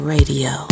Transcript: Radio